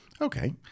okay